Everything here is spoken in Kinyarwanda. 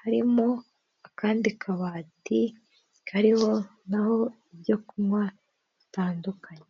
harimo akandi kabati kariho na ho ibyo kunywa bitandukanye.